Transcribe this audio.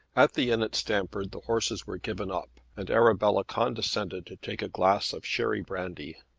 at the inn at stamford the horses were given up, and arabella condescended to take a glass of cherry brandy.